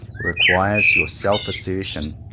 re quires your self-assertion.